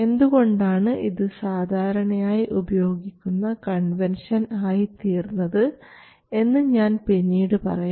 എന്തുകൊണ്ടാണ് ഇത് സാധാരണയായി ഉപയോഗിക്കുന്ന കൺവെൻഷൻ ആയിത്തീർന്നത് എന്ന് ഞാൻ പിന്നീട് പറയാം